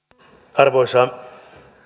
arvoisa